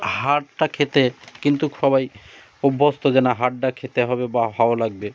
হাড়টা খেতে কিন্তু সবাই অভ্যস্ত যে না হাড়টা খেতে হবে বা ভালো লাগবে